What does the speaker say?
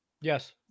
Yes